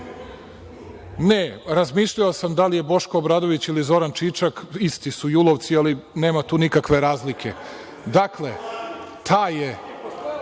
razmišljao sam da li je Boško Obradović ili Zoran Čičak, isti su julovci, ali nema tu nikakve razlike. Dakle, taj je